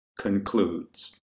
concludes